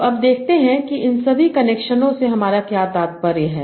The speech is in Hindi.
तो अब देखते हैं कि इन सभी कनेक्शनों से हमारा क्या तात्पर्य है